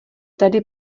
tady